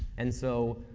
and so,